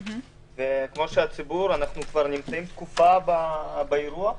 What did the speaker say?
כמו הציבור, אנחנו נמצאים כבר תקופה באירוע.